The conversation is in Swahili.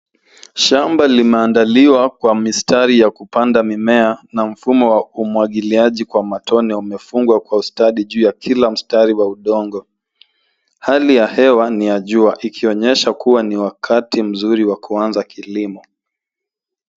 Shamba imeandaliwa kwa mistari ya kupanda mimea na mfumo wa umwagiliaji kwa matone umefungwa kwa ustadi juu ya kila mstari wa udongo. Hali ya hewa ni jua ikionyesha ni wakati mzuri wa kuanzia kilimo.